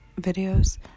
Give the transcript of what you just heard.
videos